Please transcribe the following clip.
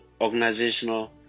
organizational